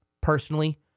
personally